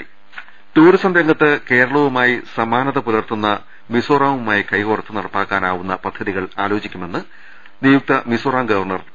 രുട്ട്ട്ട്ട്ട്ട്ട്ട ടൂറിസം രംഗത്ത് കേരളവുമായി സമാനത പുലർത്തുന്ന മിസോറാമു മായി കൈകോർത്ത് നടപ്പാക്കാവുന്ന പദ്ധതികൾ ആലോചിക്കുമെന്ന് നിയുക്ത മിസോറം ഗവർണർ പി